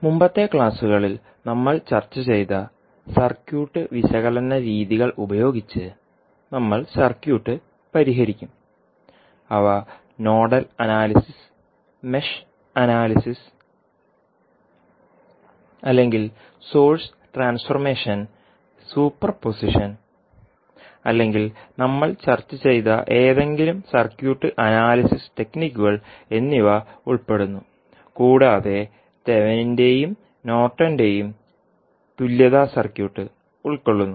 മുമ്പത്തെ ക്ലാസുകളിൽ നമ്മൾ ചർച്ച ചെയ്ത സർക്യൂട്ട് വിശകലന രീതികൾ ഉപയോഗിച്ച് നമ്മൾ സർക്യൂട്ട് പരിഹരിക്കും അവ നോഡൽ അനാലിസിസ് മെഷ് അനാലിസിസ് അല്ലെങ്കിൽ സോഴ്സ് ട്രാൻസ്ഫോർമേഷൻ സൂപ്പർപോസിഷൻ അല്ലെങ്കിൽ നമ്മൾ ചർച്ച ചെയ്ത ഏതെങ്കിലും സർക്യൂട്ട് അനാലിസിസ് ടെക്നിക്കുകൾ എന്നിവ ഉൾപ്പെടുന്നുകൂടാതെ തെവെനിന്റെയും നോർട്ടന്റെയും തുല്യത circuit Thevenin's and Norton's equivalent circuit ഉൾക്കൊള്ളുന്നു